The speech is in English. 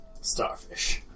starfish